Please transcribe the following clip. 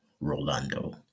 rolando